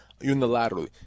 unilaterally